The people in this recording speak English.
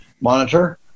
monitor